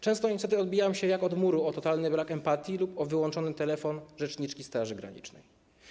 Często niestety odbijam się jak od muru o totalny brak empatii lub o wyłączony telefon rzeczniczki Straży Granicznej.